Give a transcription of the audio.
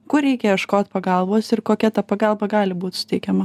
kur reikia ieškot pagalbos ir kokia ta pagalba gali būt suteikiama